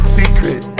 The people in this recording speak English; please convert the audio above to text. secret